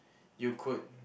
you could